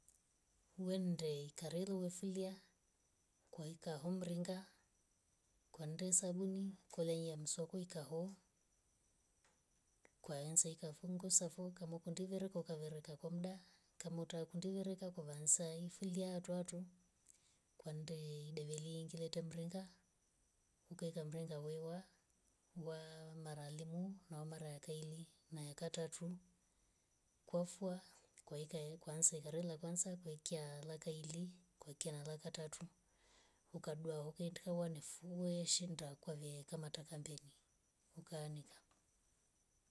Wendei kakorya wefulia kwaika hoo mringa kwende sabuni kuliya mswakwi ikaho. kwanze ikafungusa foo kamwa kundikeroko ukavireka kwa mdaa. kama hutaki kundikereka kwavansai fulia hatuhatu. kwandei bevilingilia temringa. ukaeka mringa wewa wa mara limu au mara ya kaili na ya katatu kwafua kwaeka kwanz tharoli la kwanza kaekia la kaili na la katatu ukadua ukaenda wefua shinda kwavieka mataka mbeni ukaanika